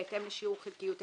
בהתאם לשיעור חלקיות המשרה,